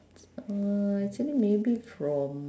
uh actually maybe from